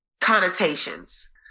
connotations